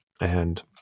And-